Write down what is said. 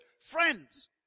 friends